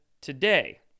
today